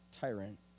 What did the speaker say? tyrant